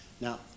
Now